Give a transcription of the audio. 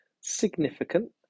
Significant